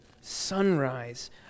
sunrise